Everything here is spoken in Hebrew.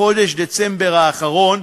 בחודש דצמבר האחרון,